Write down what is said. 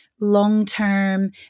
long-term